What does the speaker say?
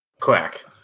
Quack